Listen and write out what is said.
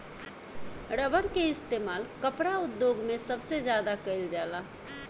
rubber के इस्तेमाल कपड़ा उद्योग मे सबसे ज्यादा कइल जाला